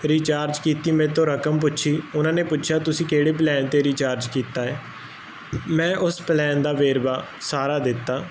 recharge ਕੀਤੀ ਮੇਤੋਂ ਰਕਮ ਪੁੱਛੀ ਉਹਨਾਂ ਨੇ ਪੁੱਛਿਆ ਤੁਸੀਂ ਕਿਹੜੇ ਪਲੈਨ ਤੇ ਰਿਚਾਰਜ ਕੀਤਾ ਮੈਂ ਉਸ ਪਲੈਨ ਦਾ ਵੇਰਵਾ ਸਾਰਾ ਦਿੱਤਾ